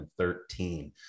2013